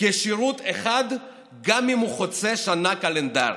כשירות אחד גם אם הוא חוצה שנה קלנדרית?